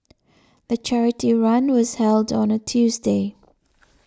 the charity run was held on a Tuesday